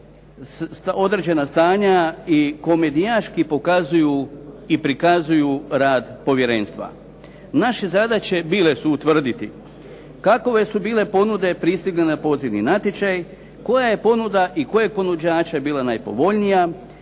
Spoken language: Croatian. određena stanja i komedijaški pokazuju i prikazuju rad povjerenstva. Naše zadaće bile su utvrditi kakove su bile ponude pristigle na pozivni natječaj? Koja je ponuda i koje ponuđače bila najpovoljnija?